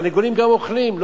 התרנגולים גם אוכלים,